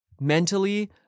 mentally